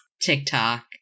TikTok